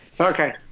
Okay